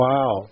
Wow